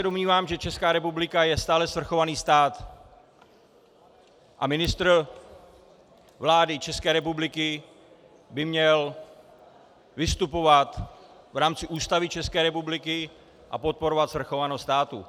Domnívám se, že Česká republika je stále svrchovaný stát a ministr vlády České republiky by měl vystupovat v rámci Ústavy České republiky a podporovat svrchovanost státu.